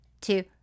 two